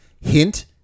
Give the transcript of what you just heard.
Hint